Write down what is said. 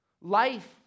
Life